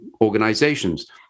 organizations